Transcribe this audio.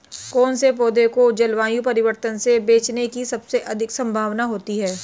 कौन से पौधे को जलवायु परिवर्तन से बचने की सबसे अधिक संभावना होती है?